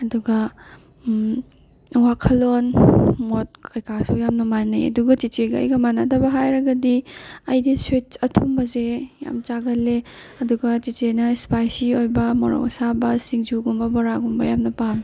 ꯑꯗꯨꯒ ꯋꯥꯈꯜꯂꯣꯟ ꯃꯣꯠ ꯀꯩꯀꯥꯁꯨ ꯌꯥꯝꯅ ꯃꯥꯟꯅꯩ ꯑꯗꯨꯒ ꯆꯦꯆꯦꯒ ꯑꯩꯒ ꯃꯥꯅꯗꯕ ꯍꯥꯏꯔꯒꯗꯤ ꯑꯩꯗꯤ ꯁ꯭ꯋꯤꯠꯁ ꯑꯊꯨꯝꯕꯁꯦ ꯌꯥꯝ ꯆꯥꯒꯜꯂꯦ ꯑꯗꯨꯒ ꯆꯦꯆꯦꯅ ꯁ꯭ꯄꯥꯏꯁꯤ ꯑꯣꯏꯕ ꯃꯣꯔꯣꯛ ꯑꯁꯥꯕ ꯁꯤꯡꯖꯨꯒꯨꯝꯕ ꯕꯣꯔꯥꯒꯨꯝꯕ ꯌꯥꯝꯅ ꯄꯥꯝꯃꯤ